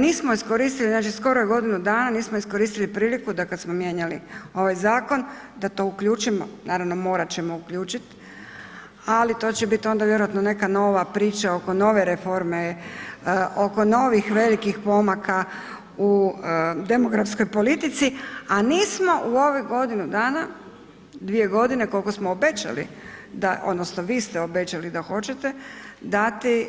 Nismo je iskoristili, znači skoro je godinu dana, nismo iskoristili priliku da kad smo mijenjali ovaj zakon, da to uključimo, naravno morat ćemo uključit ali to će bit onda vjerovatno neka nova priča oko nove reforme, oko novih velikih pomaka u demografskoj politici a nismo u ove godinu dana, 2 g. koliko smo obećali da odnosno vi ste obećali da hoćete, dati